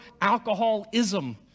alcoholism